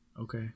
Okay